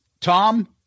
tom